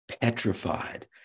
petrified